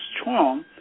strong